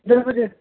دس بجے